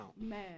man